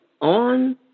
on